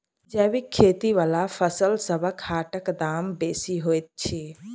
जैबिक खेती बला फसलसबक हाटक दाम बेसी होइत छी